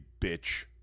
bitch